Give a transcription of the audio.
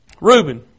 Reuben